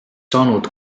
saanud